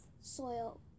soil